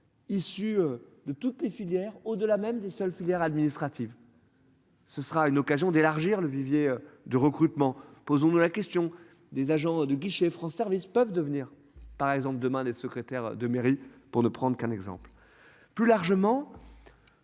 issus de toutes les filières au-delà même des seules filières administratives. Ce sera une occasion d'élargir le vivier de recrutement, posons-nous la question des agents de guichet France services peuvent devenir par exemple demain des secrétaires de mairie pour ne prendre qu'un exemple. Plus largement.